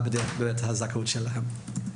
שידעו מה באמת הזכאות שלהם.